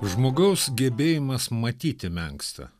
žmogaus gebėjimas matyti menksta